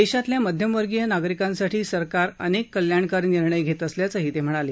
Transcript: देशातल्या मध्यमवर्गीय नागरिकांसाठी सरकार अनेक कल्याणकारी निर्णय घेत असल्याचं ते म्हणाले